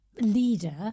leader